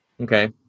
Okay